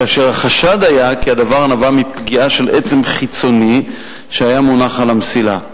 כאשר החשד היה כי הדבר נבע מפגיעה של עצם חיצוני שהיה מונח על המסילה.